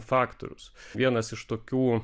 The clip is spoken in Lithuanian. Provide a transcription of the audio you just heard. faktorius vienas iš tokių